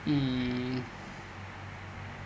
mm